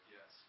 Yes